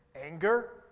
anger